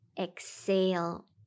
exhale